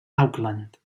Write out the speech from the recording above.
auckland